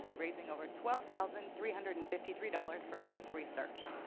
raising over twelve thousand three hundred and fifty three dollars for cancer research.